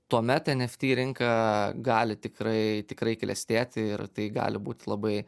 tuomet eft rinka gali tikrai tikrai klestėti ir tai gali būti labai